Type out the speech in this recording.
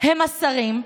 הם השרים,